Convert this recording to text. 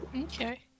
Okay